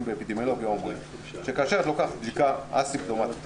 באפידמיולוגיה אומרים שכאשר את לוקחת בדיקה אסימפטומטית,